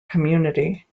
community